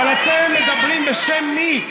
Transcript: אבל אתם מדברים, בשם מי?